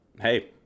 hey